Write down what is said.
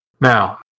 Now